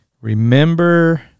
Remember